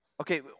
Okay